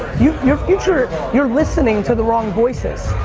your your future, you're listening to the wrong voices.